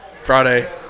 Friday